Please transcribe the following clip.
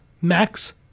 Max